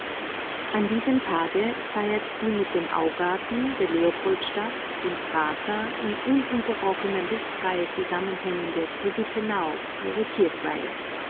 an diesem tage feiert die mit dem augarten der leopoldstadt dem prater in ununterbrochener lustreihe zusammenhängende brigittenau ihre kirchweihe